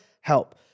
help